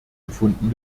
gefunden